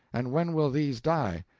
and when will these die?